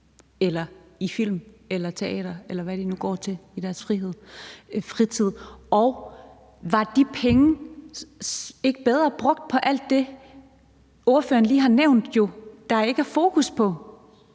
eller i film eller teater, eller hvad de nu går til i deres fritid? Var de penge ikke bedre brugt på alt det, ordføreren jo lige har nævnt der ikke er fokus på?